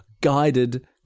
guided